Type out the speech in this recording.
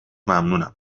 ممنونم